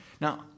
Now